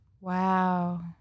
Wow